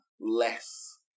less